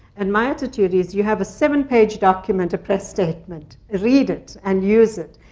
and my attitude is, you have a seven page document a press statement. read it. and use it.